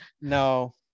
No